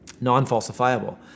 non-falsifiable